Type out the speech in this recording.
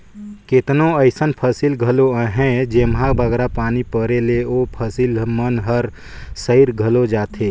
केतनो अइसन फसिल घलो अहें जेम्हां बगरा पानी परे ले ओ फसिल मन हर सइर घलो जाथे